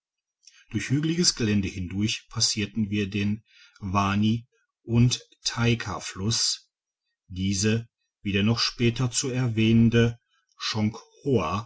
durch hügeliges gelände hindurch passierten wir den wani und taikafluss diese wie der noch später zu erwähnende